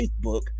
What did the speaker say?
Facebook